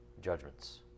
judgments